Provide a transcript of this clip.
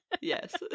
Yes